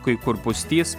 kai kur pustys